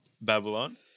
Babylon